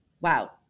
Wow